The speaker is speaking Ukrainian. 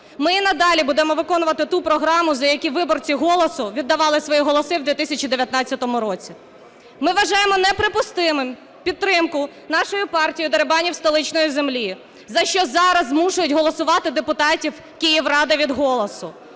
Ми і надалі будемо виконувати ту програму, за яку виборці "Голосу" віддавали свої голоси в 2019 році. Ми вважаємо неприпустимим підтримку нашою партією дерибанів столичної землі, за що зараз змушують голосувати депутатів Київради від "Голосу".